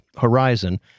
horizon